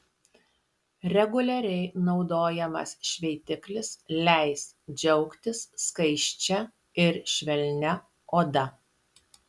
reguliariai naudojamas šveitiklis leis džiaugtis skaisčia ir švelnia oda